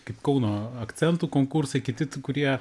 kaip kauno akcentų konkursai kiti kurie